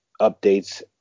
updates